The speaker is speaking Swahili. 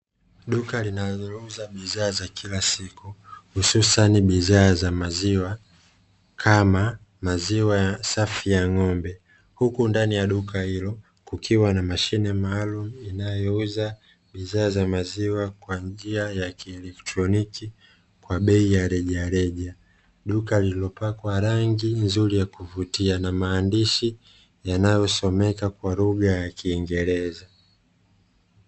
Duka linalouza bidhaa za kila siku, hususani bidhaa za maziwa kama maziwa safi ya ng'ombe huku ndani ya duka hilo kukiwa na mashine maalumu inayouza bidhaa za maziwa kwa njia ya kielektroniki kwa bei ya rejareja. Duka lililopakwa rangi nzuri ya kuvutia na maandishi yanayosomeka kwa lugha ya kiingereza.